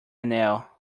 nail